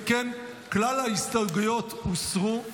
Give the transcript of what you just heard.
אם כן, כלל ההסתייגות הוסרו.